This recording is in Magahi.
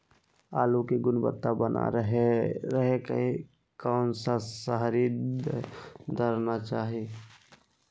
आलू की गुनबता बना रहे रहे कौन सा शहरी दलना चाये?